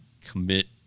commit